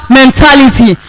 mentality